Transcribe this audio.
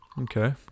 Okay